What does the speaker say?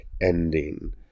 ending